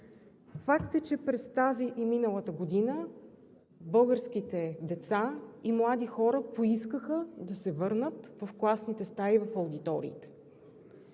Факт е, че през тази и миналата година българските деца и млади хора поискаха да се върнат в класните стаи и в аудиториите.